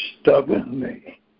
stubbornly